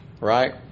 right